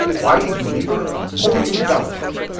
why did you leave her a moment in doubt about it?